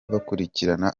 bakurikirana